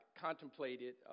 contemplated